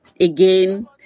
again